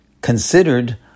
considered